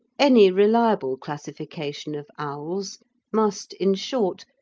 any reliable classification of owls must, in short,